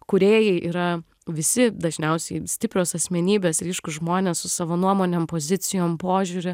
kūrėjai yra visi dažniausiai stiprios asmenybės ryškūs žmonės su savo nuomone pozicijom požiūriu